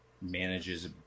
manages